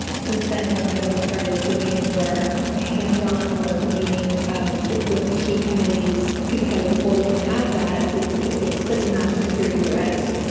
since then is when i really started doing more hands-on work, meeting um with with key committees, because before we didn't have that, which was such a national security threat,